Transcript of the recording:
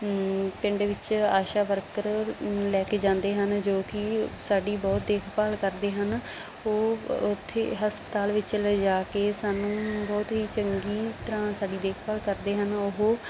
ਪਿੰਡ ਵਿੱਚ ਆਸ਼ਾ ਵਰਕਰ ਨੂੰ ਲੈ ਕੇ ਜਾਂਦੇ ਹਨ ਜੋ ਕਿ ਸਾਡੀ ਬਹੁਤ ਦੇਖਭਾਲ ਕਰਦੇ ਹਨ ਉਹ ਉੱਥੇ ਹਸਪਤਾਲ ਵਿੱਚ ਲਿਜਾ ਕੇ ਸਾਨੂੰ ਬਹੁਤ ਹੀ ਚੰਗੀ ਤਰ੍ਹਾਂ ਸਾਡੀ ਦੇਖਭਾਲ ਕਰਦੇ ਹਨ ਉਹ